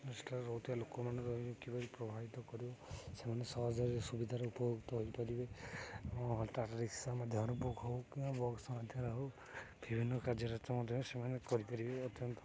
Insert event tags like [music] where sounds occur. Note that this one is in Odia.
ସେଠାରେ ରହୁଥିବା ଲୋକମାନଙ୍କୁ ଏହା କିପରି ପ୍ରଭାବିତ କରିବ ସେମାନେ ସହଜରେ ସୁବିଧାରେ ଉପଭୁକ୍ତ ହୋଇପାରିବେ [unintelligible] ରିକ୍ସା ମଧ୍ୟରେ ହଉ କିମ୍ବା ବକ୍ସ ମଧ୍ୟରେ ହଉ ବିଭିନ୍ନ କାର୍ଯ୍ୟକାରୀତା ମଧ୍ୟ ସେମାନେ କରିପାରିବେ ଅତ୍ୟନ୍ତ